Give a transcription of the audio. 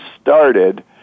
started